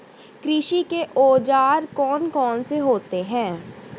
कृषि के औजार कौन कौन से होते हैं?